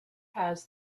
has